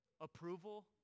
approval